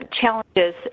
challenges